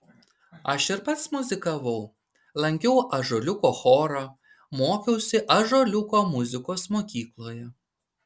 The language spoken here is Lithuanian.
aš ir pats muzikavau lankiau ąžuoliuko chorą mokiausi ąžuoliuko muzikos mokykloje